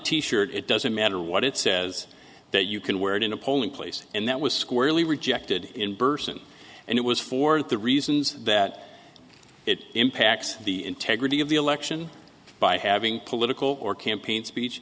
t shirt it doesn't matter what it says that you can wear it in a polling place and that was squarely rejected in burson and it was for the reasons that it impacts the integrity of the election by having political or campaign speech